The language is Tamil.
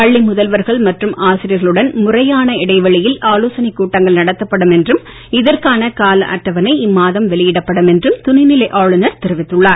பள்ளி முதல்வர்கள் மற்றும் ஆசிரியர்களுடன் முறையான இடைவெளியில் ஆலோசனைக் கூட்டங்கள் நடத்தப்படும் என்றும் இதற்கான கால அட்டவணை இம்மாதம் வெளியிடப்படும் என்றும் துணைநிலை ஆளுநர் தெரிவித்துள்ளார்